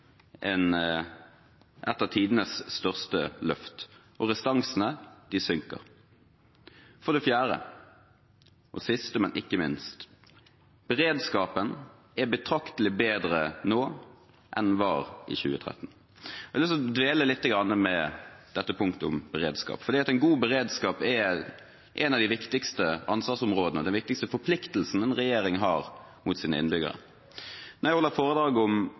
et av tidenes største løft, og restansene synker. For det fjerde og siste, men ikke minste: Beredskapen er betraktelig bedre nå enn den var i 2013. Jeg har lyst til å dvele litt ved dette punktet om beredskap, for en god beredskap er et av de viktigste ansvarsområdene, den viktigste forpliktelsen en regjering har overfor sine innbyggere. Når jeg holder foredrag om